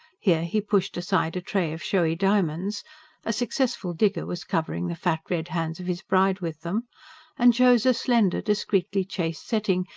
here, he pushed aside a tray of showy diamonds a successful digger was covering the fat, red hands of his bride with them and chose a slender, discreetly chased setting,